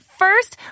first